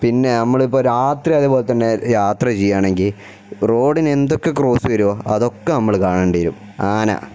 പിന്നെ നമ്മൾ ഇപ്പം രാത്രി അതേപോലെ തന്നെ യാത്ര ചെയ്യുകയാണെങ്കിൽ റോഡിന് എന്തൊക്കെ ക്രോസ് വരുവോ അതൊക്കെ നമ്മൾ കാണേണ്ടിരും ആന